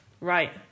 Right